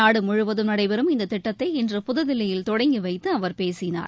நாடுமுழுவதும் நடைபெறும் இந்த திட்டத்தை இன்று புதுதில்லியில் தொடங்கி வைத்து அவர் பேசினார்